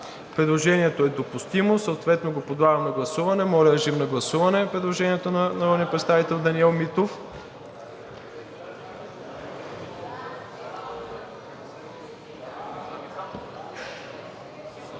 Предложението е допустимо, съответно го подлагам на гласуване. Моля, режим на гласуване на предложението на народния представител Даниел Митов.